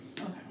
Okay